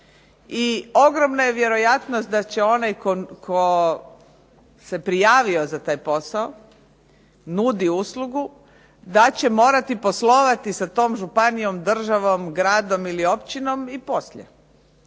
I ogromna je vjerojatnost da će onaj tko se prijavio za taj posao, nudi uslugu, da će morati poslovati sa tom županijom, državom, gradom ili općinom i poslije.